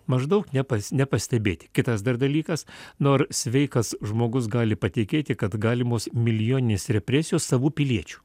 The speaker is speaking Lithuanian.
maždaug nepas nepastebėti kitas dar dalykas nu ar sveikas žmogus gali patikėti kad galimos milijoninės represijos savų piliečių